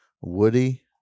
woody